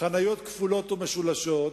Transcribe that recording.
חניות כפולות ומשולשות,